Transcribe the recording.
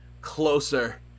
closer